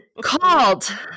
called